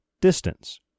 distance